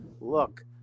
look